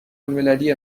الملی